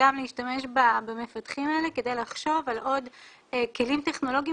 גם להשתמש במפתחים האלה כדי לחשוב על עוד כלים טכנולוגיים